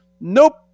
Nope